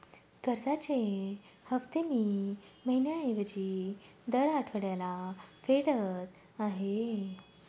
कर्जाचे हफ्ते मी महिन्या ऐवजी दर आठवड्याला फेडत आहे